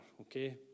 okay